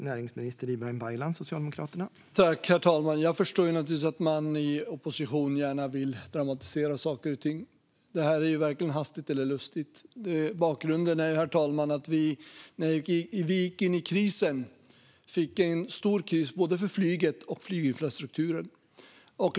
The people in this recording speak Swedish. Herr talman! Jag förstår naturligtvis att man i opposition gärna vill dramatisera saker och ting. Det här beslutet är varken hastigt eller lustigt fattat. Bakgrunden är att när vi gick in i krisen blev det en stor kris för både flyget och flyginfrastrukturen.